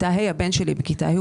הבן שלי בכיתה ה',